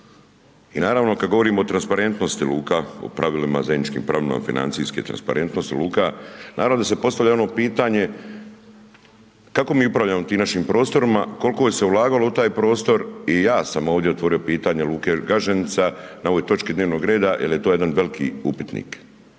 i naravno kad govorimo o transparentnosti luka o pravilima, zajedničkim pravilima financijske transparentnosti luka, naravno da se postavlja ono pitanje, kako mi upravljamo tim našim prostorima, kolko se ulagalo u taj prostor i ja sam ovdje otvorio pitanje luke Gaženica na ovoj točki dnevnog reda jer je to jedan veliki upitnik.